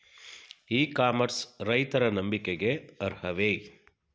E commerce ರೈತರ ನಂಬಿಕೆಗೆ ಅರ್ಹವೇ?